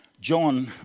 John